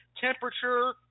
temperature